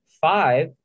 Five